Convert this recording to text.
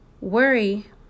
worry